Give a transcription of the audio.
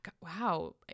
Wow